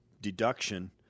deduction